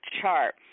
chart